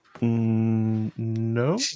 No